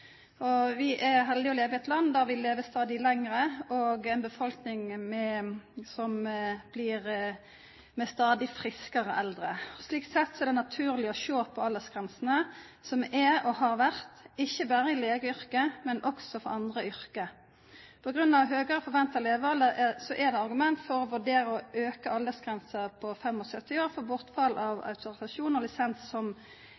Vi er heldige som lever i et land der vi lever stadig lenger, og vi er en befolkning med stadig friskere eldre. Slikt sett er det naturlig å se på de aldersgrensene som er, og har vært, ikke bare i legeyrket, men også i andre yrker. Høyere forventet levealder er et argument for å vurdere å øke aldersgrensen på 75 år for bortfall av autorisasjon og lisens som